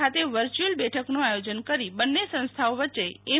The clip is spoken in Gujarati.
ખાતે વર્ચ્યુઅલ બેઠકનું આયોજન કરી બંને સંસ્થાઓ વચ્ચે એમ